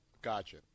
Gotcha